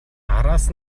араас